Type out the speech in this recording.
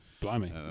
Blimey